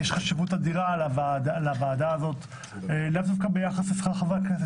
יש חשיבות אדירה להקמת ועדה שכזו ולאו דווקא ביחס לשכר חברי כנסת,